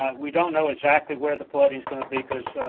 ah we don't know exactly where the flood is going to be.